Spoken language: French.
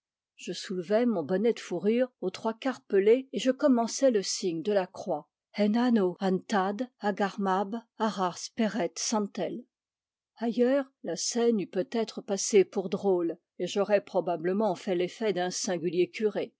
je soulevai mon bonnet de fourrure aux trois quarts pelé et je commençai le signe de la croix en hanô an tad hag ar mab har ar spéred santel ailleurs la scène eût peut-être passé pour drôle et j'aurais probablement fait l'effet d'un singulier curé